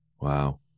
Wow